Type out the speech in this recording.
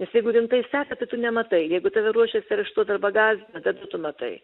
nes jeigu rimtai seka tai tu nematai jeigu tave ruošiasi areštuot arba gąsdina tada tu matai